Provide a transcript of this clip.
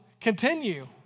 continue